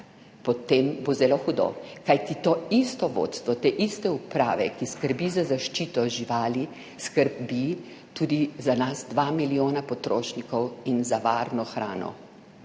potem bo zelo hudo, kajti to isto vodstvo te iste uprave, ki skrbi za zaščito živali, skrbi tudi za nas, dva milijona potrošnikov. **32.